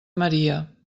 maria